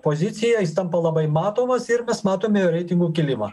poziciją jis tampa labai matomas ir mes matome reitingų kilimą